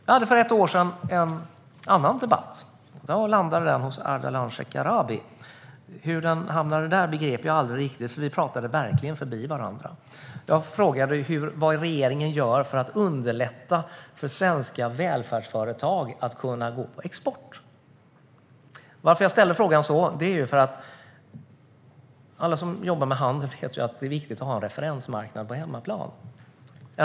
Jag hade för ett år sedan en annan debatt som landade hos Ardalan Shekarabi. Hur den hamnade hos honom begrep jag aldrig riktigt, för vi pratade verkligen förbi varandra. Jag frågade vad regeringen gör för att underlätta för svenska välfärdsföretag att gå på export. Att jag ställde frågan så beror på, som alla som jobbar med handel vet, att det är viktigt att ha en referensmarknad på hemmaplan.